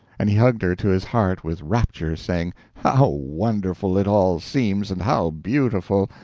and he hugged her to his heart with rapture, saying how wonderful it all seems, and how beautiful!